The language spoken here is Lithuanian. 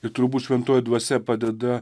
ir turbūt šventoji dvasia padeda